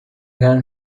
have